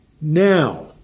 Now